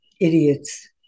idiots